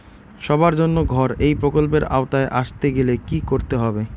সবার জন্য ঘর এই প্রকল্পের আওতায় আসতে গেলে কি করতে হবে?